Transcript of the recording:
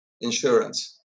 insurance